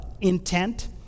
intent